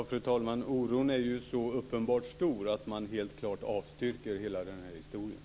Fru talman! Oron är ju så uppenbart stor att man helt klart avstyrker hela den här historien.